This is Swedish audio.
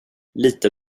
litar